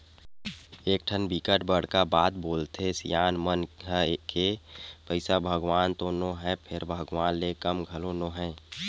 एकठन बिकट बड़का बात बोलथे सियान मन ह के पइसा भगवान तो नो हय फेर भगवान ले कम घलो नो हय